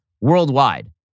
worldwide